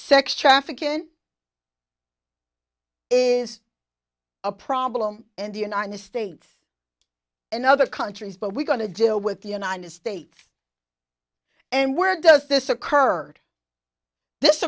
sex trafficking is a problem in the united states and other countries but we're going to deal with the united states and where does this occurred this